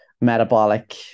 metabolic